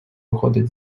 виходить